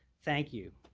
thank you.